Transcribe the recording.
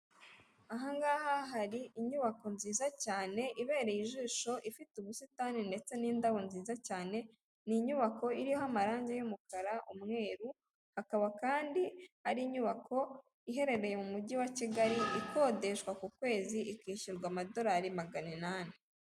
Ahangaha hari inyubako nziza cyane ibereye ijisho ifite ubusitani ndetse n'indabo nziza cyane, ni inyubako iriho amarande y'umukara, umweru akaba kandi ari inyubako iherereye mu mujyi wa Kigali ikodeshwa ku kwezi ikishyurwa amadolari magana inani.